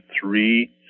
three